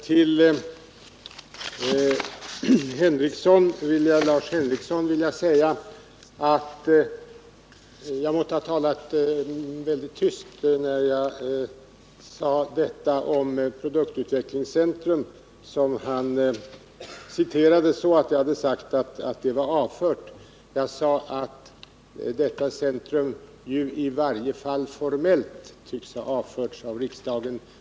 Till Lars Henrikson vill jag säga att jag måtte ha talat väldigt tyst när jag sade detta om ett produktutvecklingscentrum, vilket Lars Henrikson citerade så att jag skulle ha sagt att det var avfört. Jag sade att detta centrum ju i varje fall formellt tycks ha avförts av riksdagen.